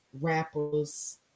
rappers